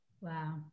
wow